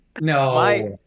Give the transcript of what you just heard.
no